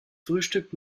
frühstückt